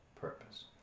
purpose